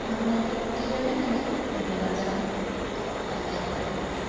আপোনালোকক কিদৰে মানে ধন্যবাদ জনাম ভাষাই পোৱা নাই বিচাৰি